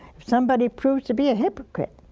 if somebody proves to be a hypocrite